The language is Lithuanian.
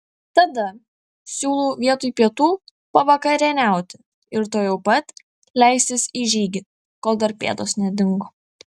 tada siūlau vietoj pietų pavakarieniauti ir tuojau pat leistis į žygį kol dar pėdos nedingo